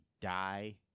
die